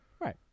Right